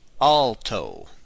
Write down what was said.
Alto